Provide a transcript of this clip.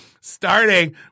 Starting